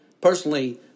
personally